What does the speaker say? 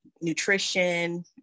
nutrition